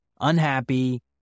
unhappy